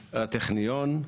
ציבור, הטכניון,